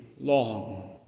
long